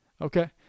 Okay